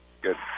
Good